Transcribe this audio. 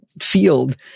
field